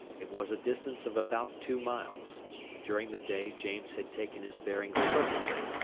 it was a distance of about two miles during the day james had taken his bearings perfectly,